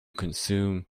consume